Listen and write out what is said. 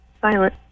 silent